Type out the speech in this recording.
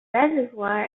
reservoir